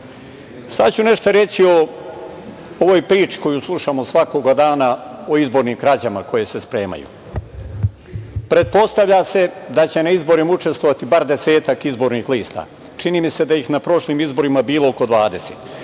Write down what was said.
RIK? Sad ću nešto reći o ovoj priči koju slušamo svakoga dana o izbornim krađama koje se spremaju. Pretpostavlja se da će na izborima učestvovati bar desetak izbornih lista. Čini mi se da ih je na prošlim izborima bilo oko 20.